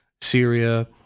Syria